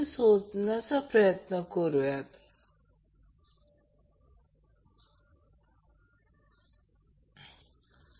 तर हे R हे R आहे येथे R भरा आणि हा R येथे भरा